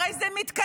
הרי זה מתכנס.